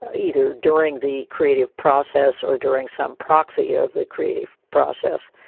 ah either during the creative process or during some proxy ah of the creative process.